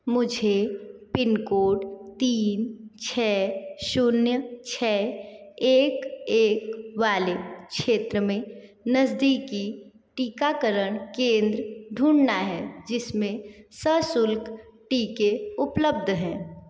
मुझे pin code तीन छह शून्य छह एक एक वाले क्षेत्र में नज़दीकी टीकाकरण केंद्र ढूँढना है जिसमें सशुल्क टीके उपलब्ध हैं